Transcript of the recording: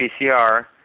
PCR